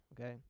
Okay